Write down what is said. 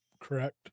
Correct